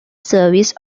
service